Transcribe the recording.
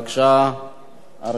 הרשימה סגורה.